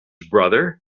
brother